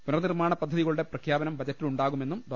പുനർ നിർമ്മാണ പദ്ധതികളുടെ പ്രഖ്യാപനം ബജറ്റിലുണ്ടാകു മെന്നും ഡോ